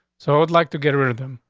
so i would like to get rid of them.